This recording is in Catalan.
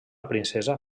princesa